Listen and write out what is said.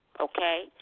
okay